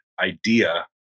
idea